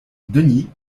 denis